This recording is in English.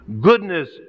goodness